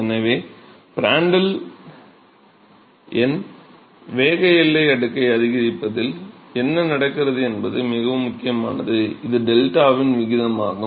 எனவே ப்ராண்ட்டல் எண் வேக எல்லை அடுக்கை அதிகரிப்பதில் என்ன நடக்கிறது என்பது மிகவும் முக்கியமானது இது 𝝙வின் விகிதமாகும்